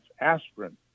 aspirin